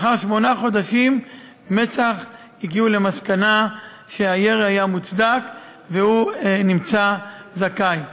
לאחר שמונה חודשים מצ"ח הגיעו למסקנה שהירי היה מוצדק והוא נמצא זכאי.